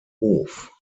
hof